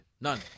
None